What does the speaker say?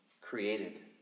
created